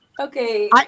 Okay